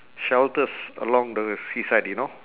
shelters along the seaside you know